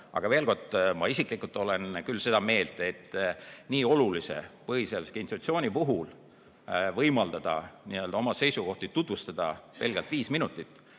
Aga veel kord: ma isiklikult olen küll seda meelt, et nii olulise põhiseadusliku institutsiooni puhul võimaldada oma seisukohti tutvustada pelgalt viis minutit